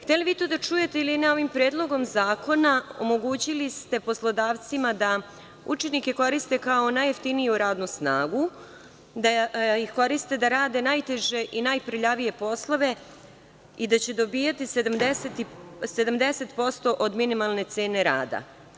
Hteli vi to da čujete ili ne, ovim predlogom zakona omogućili ste poslodavcima da učenike koriste kao najjeftiniju radnu snagu, da ih koriste da rade najteže i najprljavije poslove i da će dobijati 70% od minimalne cene rada.